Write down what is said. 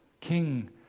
King